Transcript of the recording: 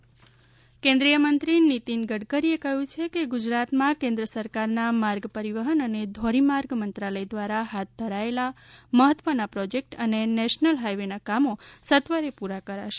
નીતિન ગડકરી કેન્દ્રીય મંત્રી નીતીન ગડકરીએ કહ્યું છે કે ગુજરાતમાં કેન્દ્ર સરકારના માર્ગ પરિવહન અને ધોરીમાર્ગ મંત્રાલય દ્રારા હાથ ધરાયેલા મહત્વના પ્રોજેકટો અને નેશનલ હાઈવેનાં કામો સત્વરે પૂરા કરાશે